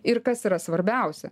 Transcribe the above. ir kas yra svarbiausia